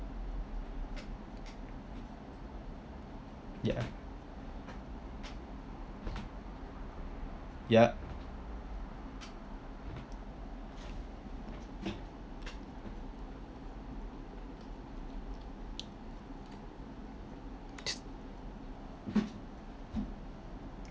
yeah ya